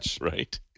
Right